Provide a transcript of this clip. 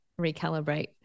recalibrate